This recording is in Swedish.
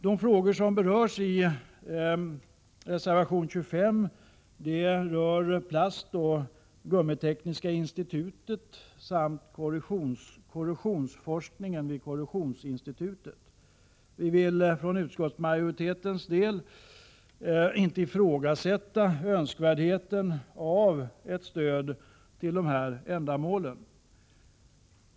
De frågor som berörs i reservation 25 gäller verksamheten vid Plastoch Gummitekniska Institutet samt korrosionsforskningen vid Korrosionsinstitutet. Utskottsmajoriteten ifrågasätter inte önskvärdheten av stöd när det gäller dessa ändamål.